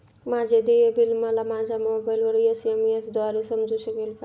माझे देय बिल मला मोबाइलवर एस.एम.एस द्वारे समजू शकेल का?